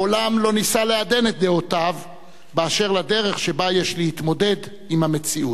מעולם לא ניסה לעדן את דעותיו באשר לדרך שבה יש להתמודד עם המציאות.